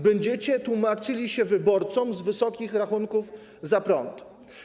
Będziecie tłumaczyli się wyborcom z wysokich rachunków za prąd.